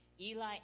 Eli